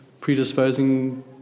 predisposing